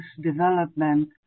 development